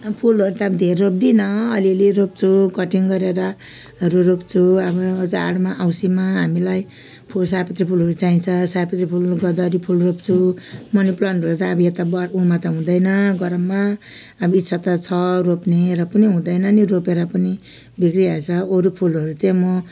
फुलहरू त धेर रोप्दिनँ अलिअलि रोप्छु कटिङ गरेरहरू रोप्छु अब चाडमा औँसीमा हामीलाई फुल सयपत्री फुलहरू चाहिन्छ सयपत्री फुल गदावरी फुल रोप्छु मनी प्लान्टहरू त अब यता अब बरबुङ्मा त हुँदैन गरममा अब इच्छा त छ रोप्ने र पनि हुँदैन नि रोपेर पनि बिग्रिहाल्छ अरू फुलहरू चाहिँ म